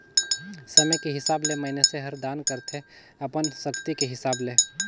समे के हिसाब ले मइनसे हर दान करथे अपन सक्ति के हिसाब ले